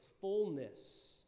fullness